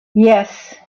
yes